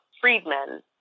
freedmen